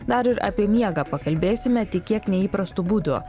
dar ir apie miegą pakalbėsime tik kiek neįprastu būdu